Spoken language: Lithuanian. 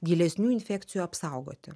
gilesnių infekcijų apsaugoti